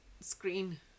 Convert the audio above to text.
screen